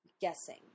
Guessing